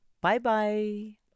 Bye-bye